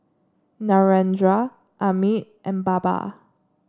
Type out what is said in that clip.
Narendra Amit and Baba